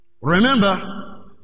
Remember